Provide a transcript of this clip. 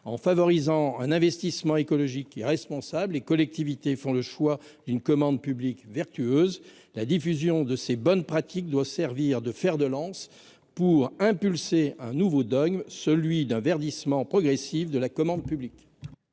En favorisant un investissement écologique et responsable, les collectivités font le choix d'une commande publique vertueuse. La diffusion de ces bonnes pratiques doit servir de fer de lance pour lancer un nouveau dogme, celui d'un verdissement progressif de la commande publique.